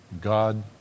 God